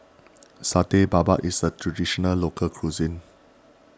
Satay Babat is a Traditional Local Cuisine